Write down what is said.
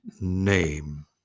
name